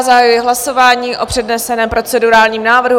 Zahajuji hlasování o předneseném procedurálním návrhu.